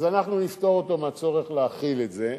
אז אנחנו נפטור אותו מהצורך להאכיל את זה.